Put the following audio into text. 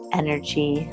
energy